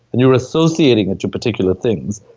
and you're associating it to particular things,